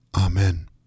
Amen